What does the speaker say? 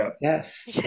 yes